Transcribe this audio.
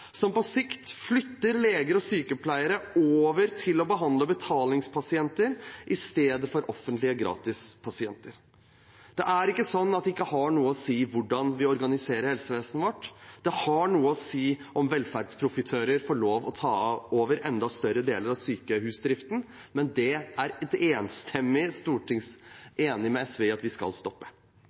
som på sikt flytter leger og sykepleiere over til å behandle betalingspasienter istedenfor offentlige gratispasienter. Det er ikke sånn at det ikke har noe å si hvordan vi organiserer helsevesenet vårt. Det har noe å si om velferdsprofitører får lov til å ta over enda større deler av sykehusdriften, men det er et enstemmig storting enig med SV i at vi skal stoppe.